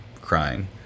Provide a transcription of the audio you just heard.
crying